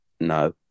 No